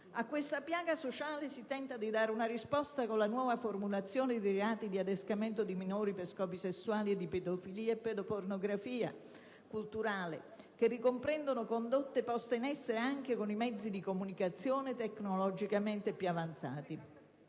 A questa piaga sociale si tenta di dare una risposta con la nuova formulazione dei reati di adescamento di minori per scopi sessuali e di pedofilia e pedopornografia culturale, che ricomprendono condotte poste in essere anche con i mezzi di comunicazione tecnologicamente più avanzati.